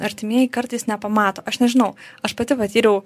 artimieji kartais nepamato aš nežinau aš pati patyriau